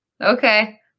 Okay